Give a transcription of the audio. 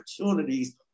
opportunities